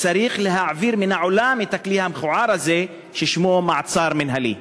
וצריך להעביר מן העולם את הכלי המכוער הזה ששמו מעצר מינהלי.